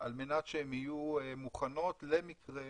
על מנת שיהיו מוכנות למקרה